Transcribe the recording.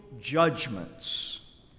judgments